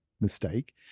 mistake